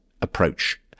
approach